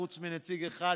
חוץ מנציג אחד,